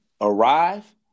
arrive